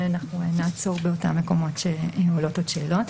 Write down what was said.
ואנחנו נעצור במקומות שעולות עוד שאלות.